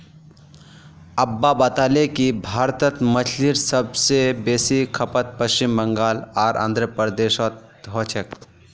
अब्बा बताले कि भारतत मछलीर सब स बेसी खपत पश्चिम बंगाल आर आंध्र प्रदेशोत हो छेक